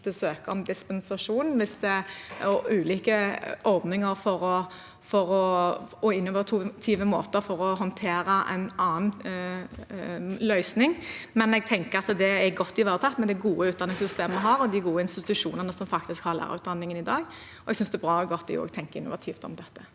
søke om dispensasjon og ha ulike ordninger og innovative måter for å håndtere en annen løsning. Men jeg tenker at dette er godt ivaretatt med det gode utdanningssystemet vi har, og med de gode institusjonene som har lærerutdanningen i dag. Jeg synes det er bra at man også tenker innovativt om dette.